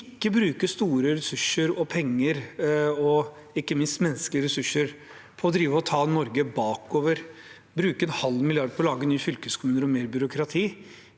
ikke å bruke store penger og ressurser, ikke minst menneskelige ressurser, på å ta Norge bakover og bruke en halv milliard på å lage nye fylkeskommuner og mer byråkrati